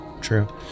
True